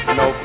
no